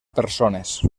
persones